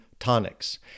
tonics